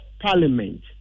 Parliament